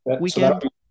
weekend